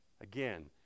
Again